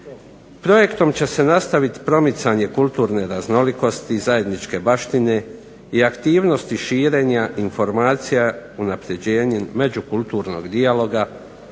Projektom će se nastaviti promicanje kulturne raznolikosti i zajedničke baštine i aktivnosti širenja informacija unapređenjem međukulturnog dijaloga